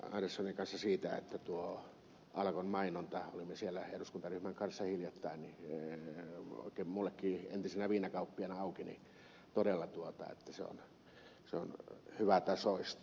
anderssonin kanssa alkon mainonnasta olimme siellä eduskuntaryhmän kanssa hiljattain oikein minullekin entisenä viinakauppiaana aukeni todella että se on hyvätasoista